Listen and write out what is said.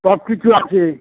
সব কিছু আছে